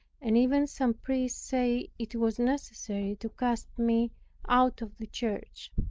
and even some priests say it was necessary to cast me out of the church.